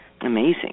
Amazing